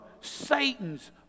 Satan's